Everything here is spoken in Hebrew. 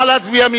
נא להצביע.